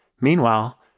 Meanwhile